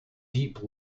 deep